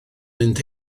mynd